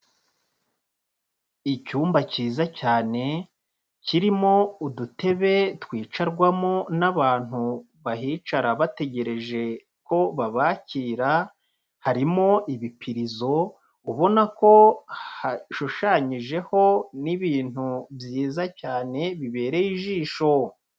Icyumba cyiza cyane kirimo udutebe twicarwamo n'abantu bahicara bategereje ko babakira, harimo ibipirizo ubona ko hashushanyijeho n'ibintu byiza cyane bibereye ijisho.